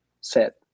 set